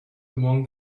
among